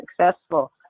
successful